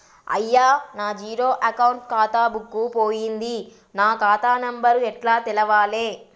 అయ్యా నా zero account ఖాతా బుక్కు పోయింది నా ఖాతా నెంబరు ఎట్ల తెలవాలే?